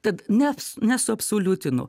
tad ne nesuabsoliutinu